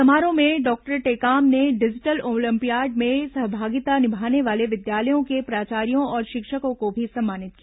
समारोह में डॉक्टर टेकाम ने डिजिटल ओलम्पियाड में सहभागिता निभाने वाले विद्यालयों के प्राचार्यों और शिक्षकों को भी सम्मानित किया